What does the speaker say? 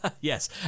Yes